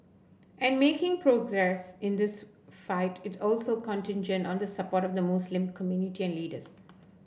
and making in this fight is also contingent on the support of the Muslim community and leaders